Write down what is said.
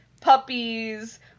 puppies